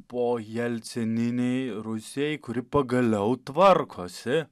pojelcininėj rusijoj kuri pagaliau tvarkosi